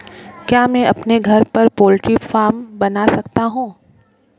क्या मैं अपने घर पर पोल्ट्री फार्म बना सकता हूँ?